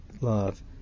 love